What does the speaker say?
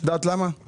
את יודעת למה?